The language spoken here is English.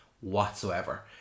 whatsoever